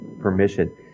permission